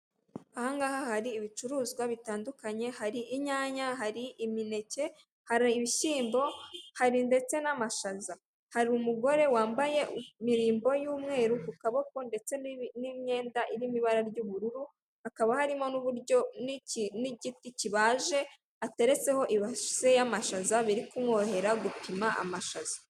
Ahangaha hari ibicuruzwa bitandukanye hari inyanya hari imineke, hari ibishyimbo hari ndetse n'amashaza. Hari umugore wambaye imirimbo y'umweru kukaboko ndetse n'imyenda irimo ibara ry'ubururu, hakaba harimo n'uburyo n'igiti kibaje hateretseho ibase y'amashaza biri kumworohera gupima amashaza.